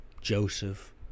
Joseph